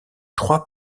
trois